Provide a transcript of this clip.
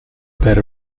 per